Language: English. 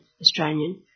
Australian